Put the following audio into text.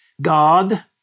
God